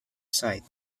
side